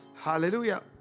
Hallelujah